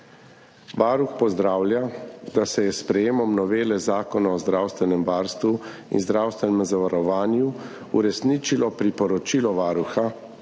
Varuh pozdravlja, da se je s sprejetjem novele Zakona o zdravstvenem varstvu in zdravstvenem zavarovanju uresničilo priporočilo Varuha